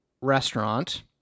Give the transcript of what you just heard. restaurant